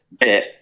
bit